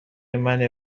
منه